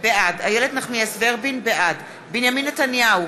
בעד בנימין נתניהו,